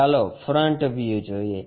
ચાલો front view જોઈએ